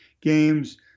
games